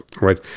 right